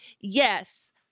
yes